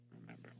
remember